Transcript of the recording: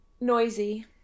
Noisy